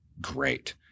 great